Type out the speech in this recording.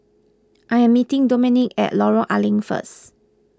I am meeting Domenic at Lorong A Leng first